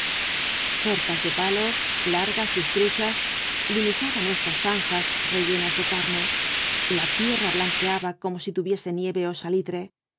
cercas de palos largas y estrechas limitaban estas zanjas rellenas de carne la tierra blanqueaba como si tuviese nieve ó salitre